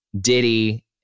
Diddy